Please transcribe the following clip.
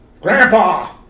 Grandpa